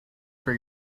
for